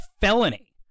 felony